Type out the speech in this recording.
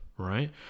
Right